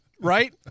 right